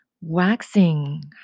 waxing